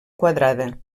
quadrada